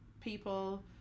people